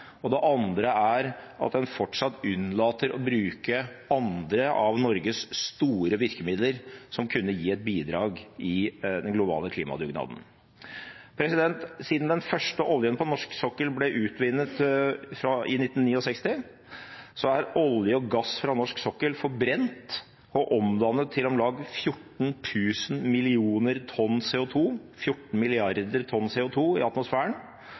og det andre er at den fortsatt unnlater å bruke andre av Norges store virkemidler, som kunne gi et bidrag i den globale klimadugnaden. Siden den første oljen på norsk sokkel ble utvunnet i 1969, er olje og gass på norsk sokkel forbrent og omdannet til om lag 14 000 millioner tonn CO2 – 14 milliarder tonn CO2 – i